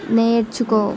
నేర్చుకో